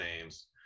names